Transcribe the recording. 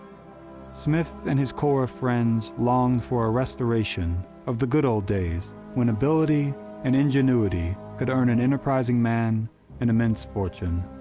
smith and his core of friends longed for a restoration of the good old days when ability and ingenuity could earn an enterprising man an immense fortune.